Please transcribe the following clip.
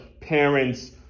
parents